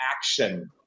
action